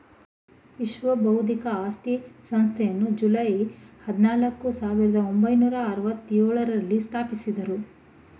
ವಿಶ್ವ ಬೌದ್ಧಿಕ ಆಸ್ತಿ ಸಂಸ್ಥೆಯನ್ನು ಜುಲೈ ಹದಿನಾಲ್ಕು, ಸಾವಿರದ ಒಂಬೈನೂರ ಅರವತ್ತ ಎಳುರಲ್ಲಿ ಸ್ಥಾಪಿಸಿದ್ದರು